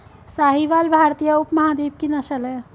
साहीवाल भारतीय उपमहाद्वीप की नस्ल है